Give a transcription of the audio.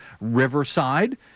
Riverside